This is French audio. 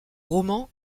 roman